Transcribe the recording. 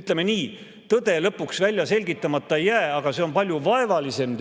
Ütleme nii, et ega tõde lõpuks välja selgitamata jää, aga see on palju vaevalisem